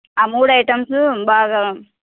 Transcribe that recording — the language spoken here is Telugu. ఆ మూడు ఐటమ్సు బాగా